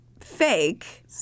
fake